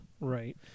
Right